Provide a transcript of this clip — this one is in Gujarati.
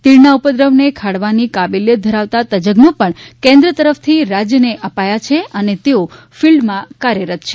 તીડ ના ઉપદ્રવ ને ખાળવાની કાબેલિયત ધરાવતા તજજ્ઞો પણ કેન્દ્ર તરફ થી રાજ્ય ને અપાયા છે અને તેઓ ફિલ્ડ માં કાર્યરત છે